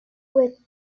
with